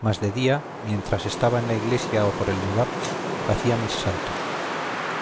mas de día mientra estaba en la iglesia o por el lugar hacía mis saltos